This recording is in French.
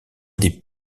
des